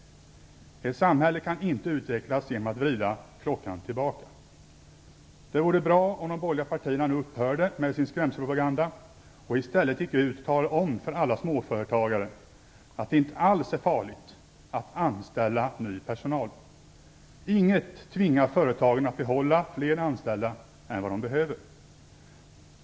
Ett samhälle kan inte utvecklas genom att vrida klockan tillbaka. Det vore bra om de borgerliga partierna nu upphörde med sin skrämselpropaganda och i stället gick ut och talade om för alla småföretagare att det inte alls är farligt att anställa ny personal. Inget tvingar företagen att behålla fler anställda än vad de behöver.